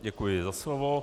Děkuji za slovo.